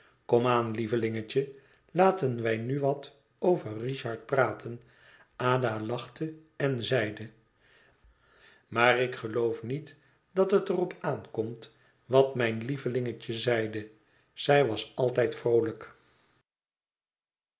aan lievelingetje laten wij nu wat over richard praten ada lachte en zeide maar ik geloof niet dat het er op aankomt wat mijn lievelingetje zeide zij was altijd vroolijk